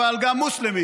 אבל גם מוסלמים,